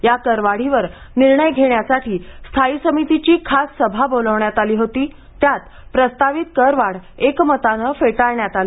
या करवाढीवर निर्णय घेण्यासाठी स्थायी समितीची खास सभा बोलवण्यात आली होती त्यात प्रस्तावित करवाढ एकमताने फेटाळण्यात आली